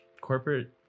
corporate